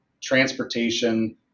transportation